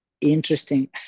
interesting